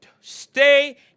Stay